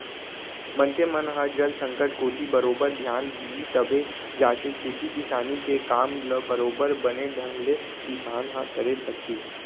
मनखे मन ह जल संकट कोती बरोबर धियान दिही तभे जाके खेती किसानी के काम ल बरोबर बने ढंग ले किसान ह करे सकही